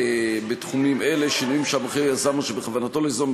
לקונה בתחומים אלה: שינויים שהמוכר יזם או שבכוונתו ליזום,